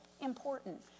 important